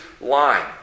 line